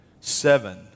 seven